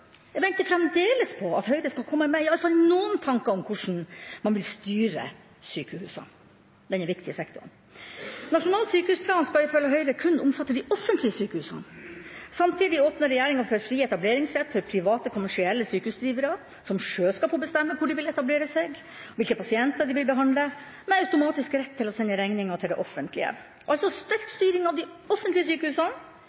Jeg venter fremdeles på at Høyre skal komme med iallfall noen tanker om hvordan man vil styre sykehusene – denne viktige sektoren. Nasjonal sykehusplan skal ifølge Høyre kun omfatte de offentlige sykehusene. Samtidig åpner regjeringa for fri etableringssrett for private kommersielle sykehusdrivere, som sjøl skal få bestemme hvor de vil etablere seg, hvilke pasienter de vil behandle, med automatisk rett til å sende regninga til det offentlige – altså sterk